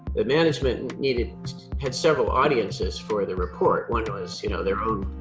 the management and needed had several audiences for the report. one was you know their own